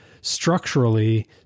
structurally